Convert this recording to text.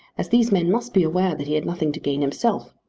as these men must be aware that he had nothing to gain himself.